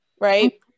right